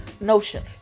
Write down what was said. notion